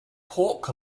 pork